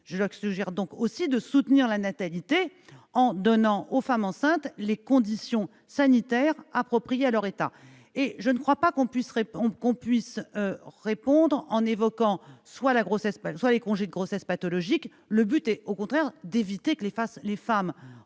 Je leur suggère de soutenir la natalité en donnant aux femmes enceintes les conditions sanitaires appropriées à leur état. Je ne crois pas qu'on puisse apporter une réponse à cette question par les congés de grossesse pathologique. Il s'agit au contraire d'éviter que les femmes